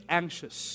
anxious